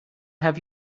have